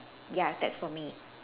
ya that's for me